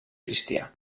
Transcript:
cristià